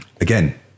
Again